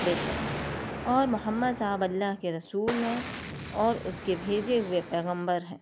بے شک اور محمد صاحب اللہ کے رسول ہیں اور اس کے بھیجے ہوئے پیغمبر ہیں